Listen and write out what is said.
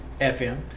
FM